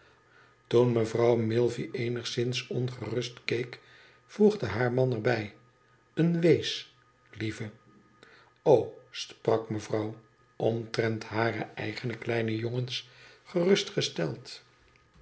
toen mevrouw milvey eenigszins ongerust keek voegde haar man er bij een wees lieve o sprak mevrouw omtrent hare eigene kleine jongens